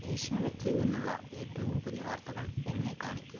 ഏഷ്യാനെറ്റിൽ നിന്നുള്ള ഏറ്റവും പുതിയ വാർത്തകൾ എന്നെ കാണിക്കൂ